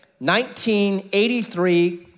1983